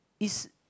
it's